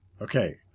Okay